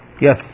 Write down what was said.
Yes